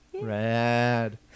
Rad